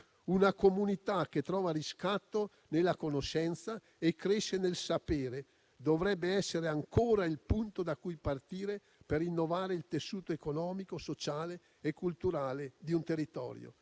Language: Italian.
una comunità che trova riscatto nella conoscenza e cresce nel sapere dovrebbe essere ancora il punto da cui partire per rinnovare il tessuto economico, sociale e culturale di un territorio.